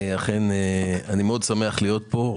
אכן אני מאוד שמח להיות פה.